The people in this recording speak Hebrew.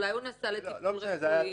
אולי הוא נסע לטיפול רפואי.